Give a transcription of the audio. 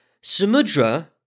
Samudra